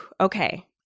okay